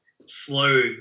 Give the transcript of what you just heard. slow